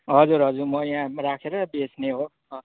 हजुर हजुर म यहाँ राखेर बेच्ने हो